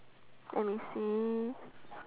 let me see